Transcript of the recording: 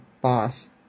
boss